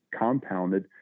compounded